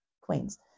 Queens